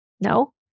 No